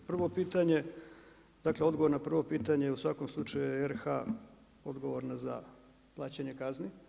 Prvo pitanje, dakle odgovor na prvo pitanje je, u svakom slučaju je RH odgovorna za plaćanje kazni.